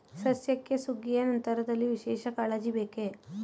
ಸಸ್ಯಕ್ಕೆ ಸುಗ್ಗಿಯ ನಂತರದಲ್ಲಿ ವಿಶೇಷ ಕಾಳಜಿ ಬೇಕೇ?